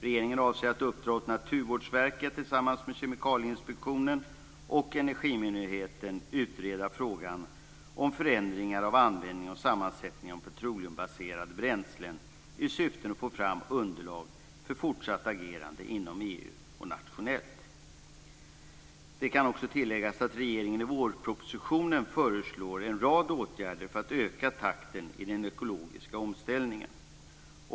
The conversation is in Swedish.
Regeringen avser att uppdra åt Naturvårdsverket att tillsammans med Kemikalieinspektionen och Energimyndigheten utreda frågan om förändringar av användningen och sammansättningen av petroleumbaserade bränslen i syfte att få fram underlag för fortsatt agerande inom Det kan också tilläggas att regeringen i vårpropositionen föreslår en rad åtgärder för att öka takten i den ekologiska omställningen.